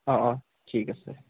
অঁ অঁ ঠিক আছে